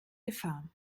gefahr